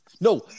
No